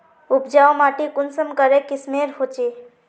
उपजाऊ माटी कुंसम करे किस्मेर होचए?